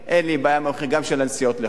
אין לי בעיה גם עם המחיר של הנסיעות לחוץ-לארץ.